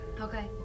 okay